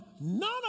none